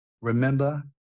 Remember